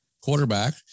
quarterback